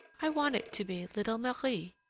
i want it to be little marie.